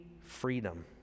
freedom